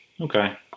Okay